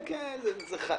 נו,